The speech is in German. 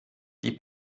die